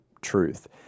truth